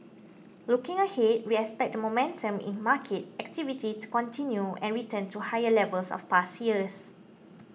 looking ahead we expect the momentum in market activity to continue and return to higher levels of past years